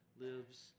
lives